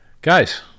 Guys